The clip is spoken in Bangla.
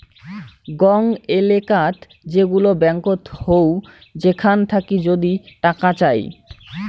গং এলেকাত যেগুলা ব্যাঙ্কত হউ সেখান থাকি যদি টাকা চাই